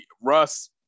Russ